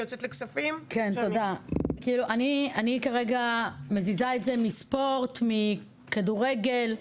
אני כרגע מזיזה את זה מספורט, מכדורגל.